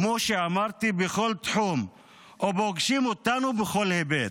כמו שאמרתי, בכל תחום ופוגשים אותנו בכל היבט.